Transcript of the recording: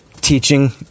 teaching